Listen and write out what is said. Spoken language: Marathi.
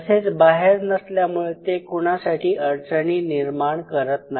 तसेच बाहेर नसल्यामुळे ते कुणासाठी अडचणी निर्माण करत नाही